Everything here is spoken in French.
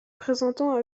présentant